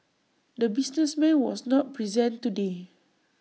the businessman was not present today